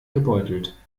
gebeutelt